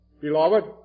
beloved